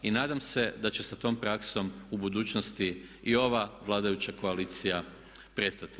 Nadam se da će sa tom praksom u budućnosti i ova vladajuća koalicija prestati.